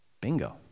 Bingo